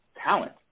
talent